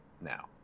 now